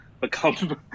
become